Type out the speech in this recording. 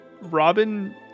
Robin